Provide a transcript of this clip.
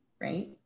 Right